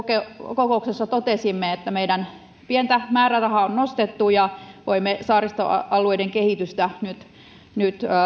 kokouksessa totesimme että meidän pientä määrärahaamme on nostettu ja voimme saaristoalueiden kehitystä nyt nyt